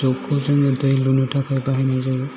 जग खौ जोङो दै लुनो थाखाय बाहायनाय जायो